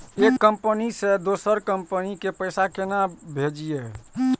एक कंपनी से दोसर कंपनी के पैसा केना भेजये?